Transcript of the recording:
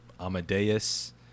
Amadeus